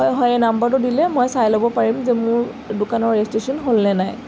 হয় হয় এই নাম্বাৰটো দিলে মই চাই ল'ব পাৰিম যে মোৰ দোকানৰ ৰেজিষ্ট্ৰেশ্যন হ'লনে নাই